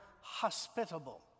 hospitable